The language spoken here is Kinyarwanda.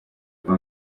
kwa